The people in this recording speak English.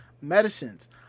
medicines